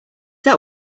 that